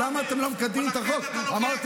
ולכן אתה לוקח עכשיו ממשרתי